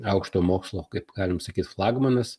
aukštojo mokslo kaip galim sakyt flagmanas